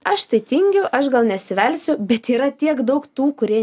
aš tai tingiu aš gal nesivelsiu bet yra tiek daug tų kurie